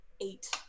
Eight